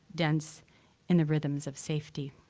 dense in the rhythms of safety.